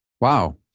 wow